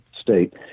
state